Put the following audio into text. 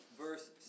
Verse